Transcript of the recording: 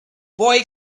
boy